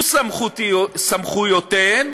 סמכויותיהן